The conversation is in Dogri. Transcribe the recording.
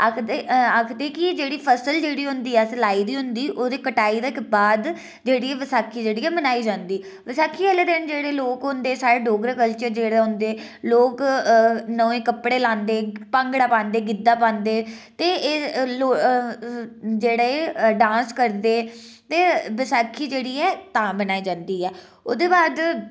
आखदे आखदे की जेह्ड़ी फसल जेह्ड़ी होंदी ऐ असें लाई दी होंदी ओह्दी कटाई दे बाद जेह्ड़ी बैसाखी जेह्ड़ी ऐ मनाई जंदी बैसाखी आह्ले दिन जेह्ड़े लोग होंदे साढे़ डोगरा कल्चर दे जेह्ड़े होंदे लोक नमे कपड़े लांदे भांगड़ा पांदे गिद्दा पांदे ते एह् लोग डांस करदे ते एह् बैसाखी जेह्ड़ी ऐ तां मनाई जंदी ऐ